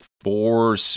four